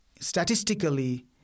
Statistically